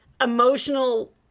emotional